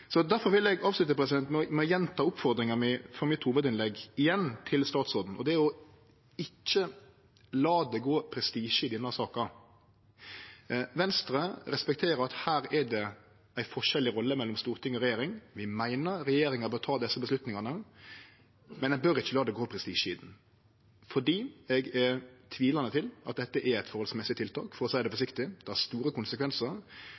vil eg avslutte med å gjenta oppmodinga frå hovudinnlegget mitt til statsråden: Det er å ikkje la det gå prestisje i denne saka. Venstre respekterer at det her er forskjell i rolla mellom storting og regjering. Vi meiner at regjeringa bør ta desse avgjerdene, men ein bør ikkje la det gå prestisje i det, for eg er tvilande til at dette er eit forholdsmessig tiltak, for å seie det forsiktig. Det har store konsekvensar,